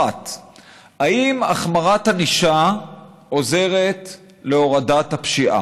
1. האם החמרת ענישה עוזרת להורדת הפשיעה?